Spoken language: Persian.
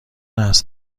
است